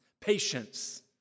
patience